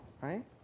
right